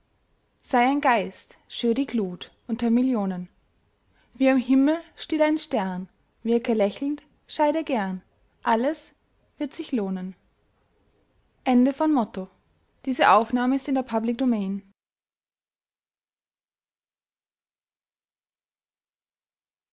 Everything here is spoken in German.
sei ein geist schür die glut unter millionen wie am himmel still ein stern wirke lächelnd scheide gern alles wird sich lohnen